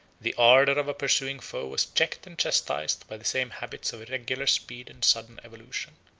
the ardor of a pursuing foe was checked and chastised by the same habits of irregular speed and sudden evolution.